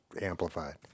amplified